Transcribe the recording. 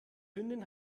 hündin